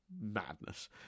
madness